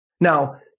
Now